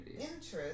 interest